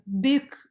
big